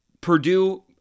Purdue